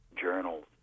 journals